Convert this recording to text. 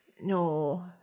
no